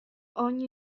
ogni